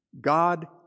God